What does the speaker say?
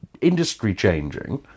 industry-changing